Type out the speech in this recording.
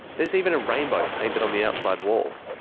there's even a rainbow painted on the outside wall.